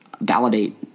validate